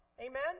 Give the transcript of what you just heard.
Amen